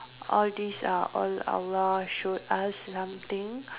all these are all Allah showed us something